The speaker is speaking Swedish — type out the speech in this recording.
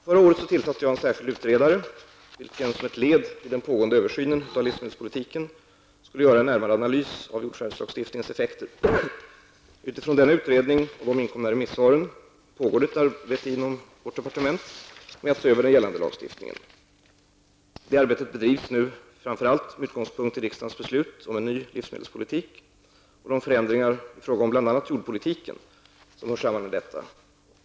Förra året tillsatte jag en särskild utredare, vilken som ett led i den pågående översynen av livsmedelspolitiken skulle göra en närmare analys av jordförvärvslagstiftningens effekter. Utifrån denna utredning och de inkomna remissvaren pågår ett arbete inom jordbruksdepartementet med att se över den gällande lagstiftningen. Arbetet bedrivs nu framför allt med utgångspunkt i riksdagens beslut om en ny livsmedelspolitik och de förändringar i fråga om bl.a. jordpolitiken som hör samman med detta.